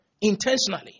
Intentionally